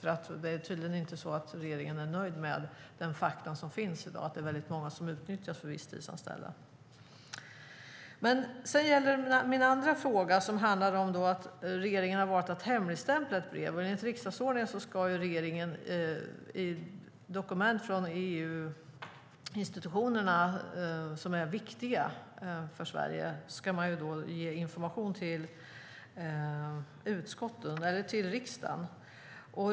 Regeringen är tydligen inte nöjd med de fakta som finns i dag om att många utnyttjas som visstidsanställda. Min andra fråga handlar om att regeringen har valt att hemligstämpla ett brev. Enligt riksdagsordningen ska regeringen ge information till riksdagen om dokument från EU-institutionerna som är viktiga för Sverige.